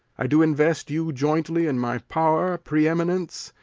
i do invest you jointly in my power, preeminence,